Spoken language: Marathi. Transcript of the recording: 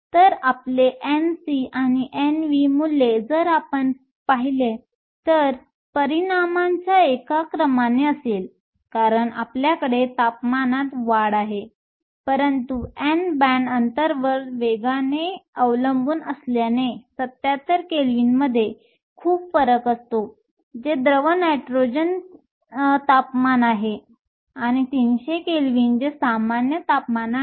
तर आपले Nc आणि Nv मूल्ये जर आपण पहिला किंवा परिमाणांच्या एका क्रमाने असेल कारण आपल्याकडे तापमानात वाढ आहे परंतु ni बँड अंतरवर वेगाने अवलंबून असल्याने 77 केल्विनमध्ये खूप फरक असतो जे द्रव नायट्रोजन तापमान आहे आणि 300 केल्विन जे सामान्य तापमान आहे